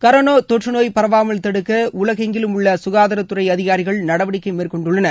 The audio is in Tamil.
கரோனா தொற்றுநோய் பரவாமல் தடுக்க உலகெங்கிலும் உள்ள சுகாதாரத்துறை அதிகாரிகள் நடவடிக்கை மேற்கொண்டுள்ளனர்